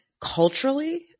culturally